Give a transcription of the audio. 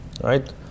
Right